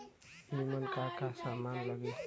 ईमन का का समान लगी?